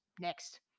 next